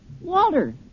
Walter